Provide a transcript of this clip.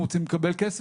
אם הם רוצים לקבל כסף,